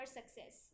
Success